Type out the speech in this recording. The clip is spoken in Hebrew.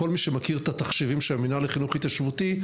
כל מי שמכיר את התחשיבים של המנהל לחינוך התיישבותי,